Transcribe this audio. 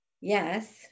Yes